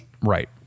Right